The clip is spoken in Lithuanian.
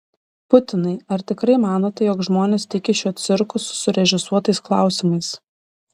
putinai ar tikrai manote jog žmonės tiki šiuo cirku su surežisuotais klausimais